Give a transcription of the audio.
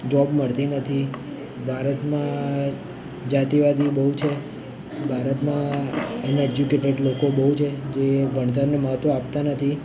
job મળતી નથી ભારતમાં જાતિવાદી બહુ છે ભારતમાં અનએજ્યુકેટેડ લોકો બહુ છે જે ભણતરને મહત્ત્વ આપતાં નથી